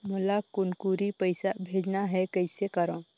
मोला कुनकुरी पइसा भेजना हैं, कइसे करो?